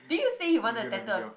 didn't you say you wanna tattoo a